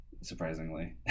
surprisingly